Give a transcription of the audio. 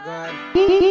God